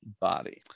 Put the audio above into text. body